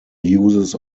uses